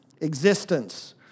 existence